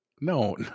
No